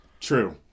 True